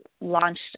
launched